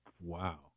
Wow